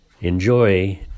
Enjoy